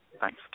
Thanks